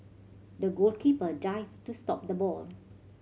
the goalkeeper dived to stop the ball